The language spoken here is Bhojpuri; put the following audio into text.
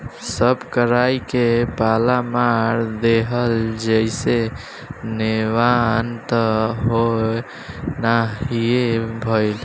सब कराई के पाला मार देहलस जईसे नेवान त असो ना हीए भईल